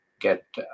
get